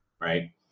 right